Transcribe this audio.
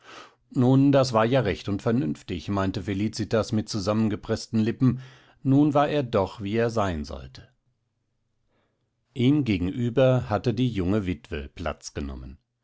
nun das war ja recht und vernünftig meinte felicitas mit zusammengepreßten lippen nun war er doch wie er sein sollte ihm gegenüber hatte die junge witwe platz genommen